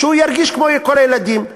שהוא ירגיש כמו כל הילדים.